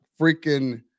freaking